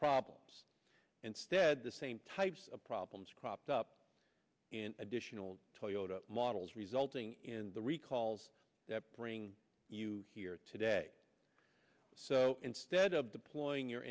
problems instead the same types of problems cropped up in additional toyota models resulting in the recalls that bring you here today so instead of deploying your